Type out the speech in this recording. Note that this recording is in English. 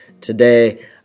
today